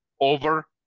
over